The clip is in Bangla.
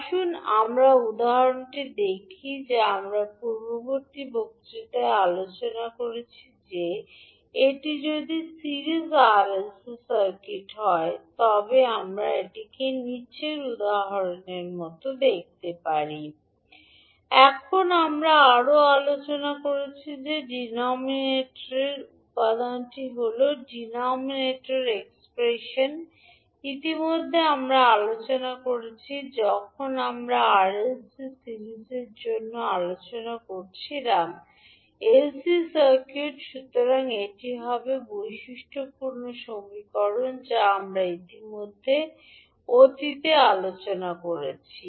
আসুন আমরা উদাহরণটি দেখি যা আমরা পূর্ববর্তী বক্তৃতায়ও আলোচনা করেছি যে এটি যদি series R L C circuit হয় তবে আমরা এটি বলতে পারি এবং আমরা আরও আলোচনা করেছি যে ডিনোমিনেটর উপাদানটি হল ডিনোমিনেটর এক্সপ্রেশন ইতিমধ্যে আমরা আলোচনা করেছি যখন আমরা আর এল সি সিরিজটি নিয়ে আলোচনা করছিলাম 𝐿𝐶 সার্কিট সুতরাং এটি হবে বৈশিষ্ট্যযুক্ত সমীকরণ যা আমরা ইতিমধ্যে অতীতে আলোচনা করেছি